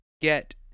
get